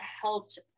helped